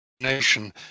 nation